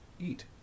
eat